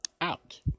out